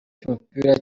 cy’umupira